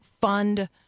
fund